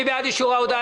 מי בעד אישור ההודעה?